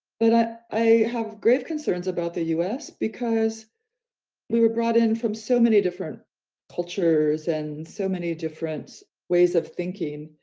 but i i have grave concerns about the u s. because we were brought in from so many different cultures and so many different ways of thinking,